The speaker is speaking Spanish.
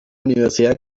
universidad